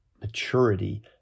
maturity